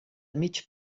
mig